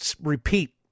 repeat